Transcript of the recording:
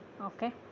okay